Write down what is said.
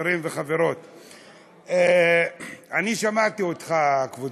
חברים וחברות, שמעתי אותך, כבודו,